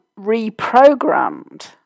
reprogrammed